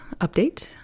update